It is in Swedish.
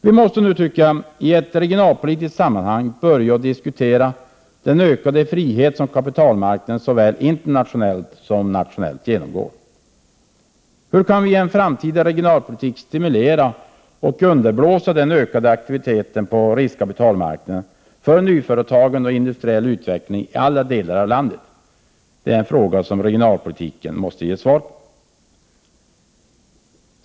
Vi måste nu i ett regionalpolitiskt sammanhang börja diskutera den ökade frihet som kapitalmarknaden, såväl internationellt som nationellt, genomgår. Hur kan vi med en framtida regionalpolitik stimulera och underblåsa den ökade aktiviteten på riskkapitalmarknaden för nyföretagande och industriell utveckling i alla delar av landet? Det är en fråga som måste få svar.